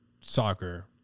soccer